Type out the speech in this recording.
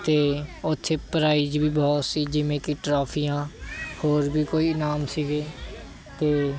ਅਤੇ ਉੱਥੇ ਪ੍ਰਾਈਜ ਵੀ ਬਹੁਤ ਸੀ ਜਿਵੇਂ ਕਿ ਟਰੋਫੀਆਂ ਹੋਰ ਵੀ ਕੋਈ ਇਨਾਮ ਸੀਗੇ ਅਤੇ